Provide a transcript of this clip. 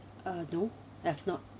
uh no I have not